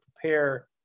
prepare